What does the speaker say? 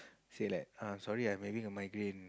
say like uh I'm sorry I'm having a migraine